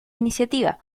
iniciativa